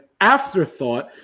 afterthought